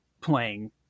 playing –